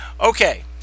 Okay